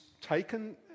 taken